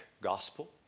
gospel